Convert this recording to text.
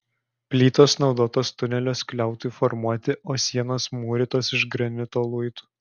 plytos naudotos tunelio skliautui formuoti o sienos mūrytos iš granito luitų